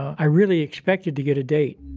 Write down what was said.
i really expected to get a date.